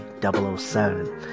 007